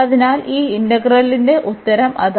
അതിനാൽ ഈ ഇന്റഗ്രലിന്റെ ഉത്തരം അതാണ്